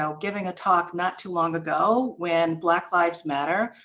um giving a talk not too long ago when black lives matter,